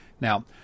Now